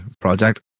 project